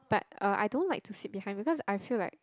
but uh I don't like to sit behind because I feel like